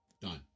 Done